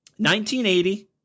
1980